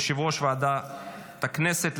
יושב-ראש ועדת הכנסת,